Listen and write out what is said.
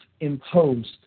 imposed